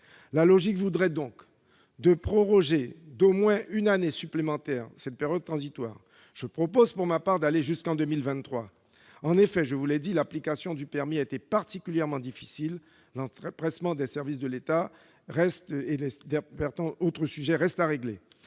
La logique voudrait donc que l'on proroge d'au moins une année supplémentaire cette période transitoire. Je propose pour ma part d'aller jusqu'en 2023. En effet, je vous l'ai dit, l'application du permis a été particulièrement difficile, compte tenu de l'empressement des services